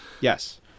Yes